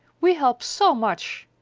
we help so much!